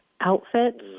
outfits